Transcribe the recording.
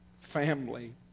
family